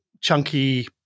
chunky